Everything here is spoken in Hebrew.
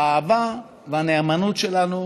באהבה ובנאמנות שלנו